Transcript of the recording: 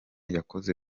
yakoze